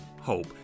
hope